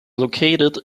located